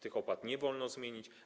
Tych opłat nie wolno zmienić.